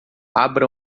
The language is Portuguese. abra